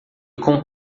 com